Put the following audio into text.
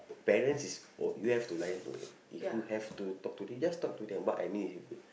parents is oh you have to lie to them if you have to talk to them just talk to them but I mean if